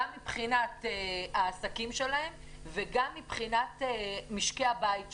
גם מבחינת העסקים שלהם וגם מבחינת משקי הבית שלהם.